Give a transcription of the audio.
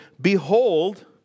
behold